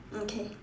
mm K